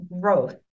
growth